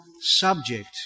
subject